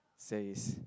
says